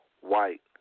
white